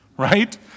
right